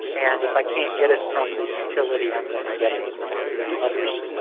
and if i can't get it from the utility i'm going to get it from others.